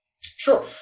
Sure